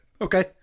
Okay